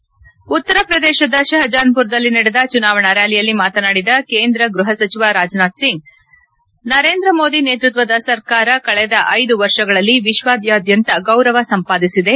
ಈ ಮಧ್ಯೆ ಉತ್ತರ ಪ್ರದೇಶದ ಶಹಜಾನ್ ಪುರದಲ್ಲಿ ನಡೆದ ಚುನಾವಣಾ ರಾಲಿಯಲ್ಲಿ ಮಾತನಾಡಿದ ಕೇಂದ್ರ ಗ್ಬಹ ಸಚಿವ ರಾಜನಾಥ್ ಸಿಂಗ್ ನರೇಂದ್ರ ಮೋದಿ ನೇತೃತ್ವದ ಸರ್ಕಾರ ಕಳೆದ ಐದು ವರ್ಷಗಳಲ್ಲಿ ವಿಶ್ವದ್ಯಾದಂತ್ಯ ಗೌರವ ಸಂಪಾದಿಸಿದೆ